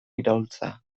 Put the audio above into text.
iraultza